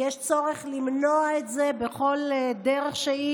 יש צורך למנוע את זה בכל דרך שהיא,